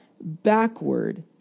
backward